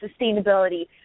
sustainability